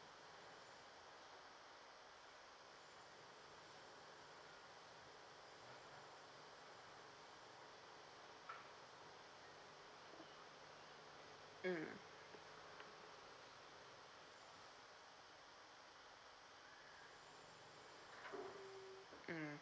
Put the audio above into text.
mm mm